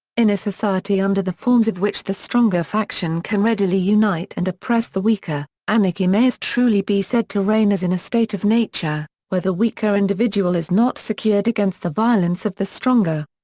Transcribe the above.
in a society under the forms of which the stronger faction can readily unite and oppress the weaker, anarchy may as truly be said to reign as in a state of nature, where the weaker individual is not secured against the violence of the stronger.